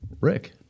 Rick